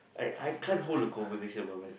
I I can't hold a conversation by myself